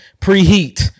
Preheat